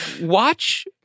watch